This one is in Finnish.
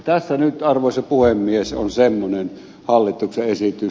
tässä nyt arvoisa puhemies on semmoinen hallituksen esitys